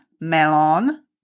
melon